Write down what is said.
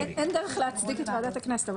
אין דרך להצדיק את ועדת הכנסת.